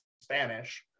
Spanish